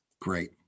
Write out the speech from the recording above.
Great